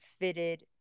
fitted